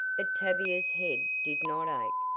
but tavia's head did not ache.